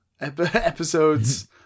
episodes